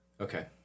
Okay